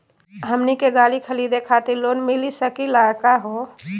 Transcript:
हमनी के गाड़ी खरीदै खातिर लोन मिली सकली का हो?